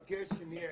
מבקש שנהיה עקביים,